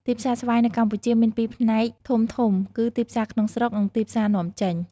ទីផ្សារស្វាយនៅកម្ពុជាមានពីរផ្នែកធំៗ គឺទីផ្សារក្នុងស្រុក និងទីផ្សារនាំចេញ។